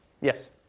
Yes